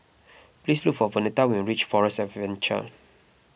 please look for Vernetta when you reach Forest Adventure